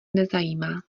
nezajímá